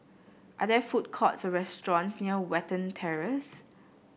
are there food courts or restaurants near Watten Terrace